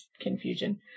confusion